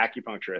acupuncturist